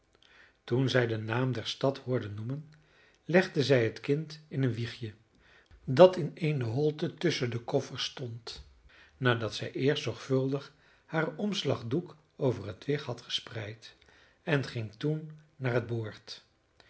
toen zij den naam der stad hoorde noemen legde zij het kind in een wiegje dat in eene holte tusschen de koffers stond nadat zij eerst zorgvuldig haar omslagdoek over het wicht had gespreid en ging toen naar het boord